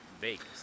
vegas